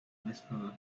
whisperer